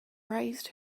raised